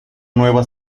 nueva